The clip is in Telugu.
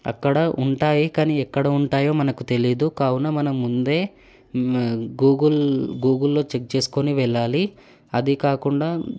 అక్కడ ఉంటాయి కానీ ఎక్కడ ఉంటాయో మనకు తెలియదు కావున మన ముందే గూగుల్ గూగుల్లో చెక్ చేసుకుని వెళ్ళాలి అది కాకుండా